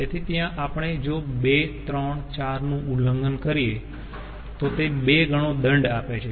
તેથી ત્યાં આપણે જો 2 3 4 નું ઉલ્લંઘન કરીએ તો તે બે ગણો દંડ આપે છે